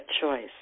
choice